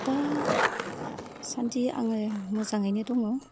दा सान्दि आङो मोजाङैनो दङ